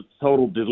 total